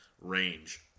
range